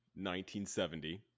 1970